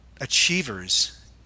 achievers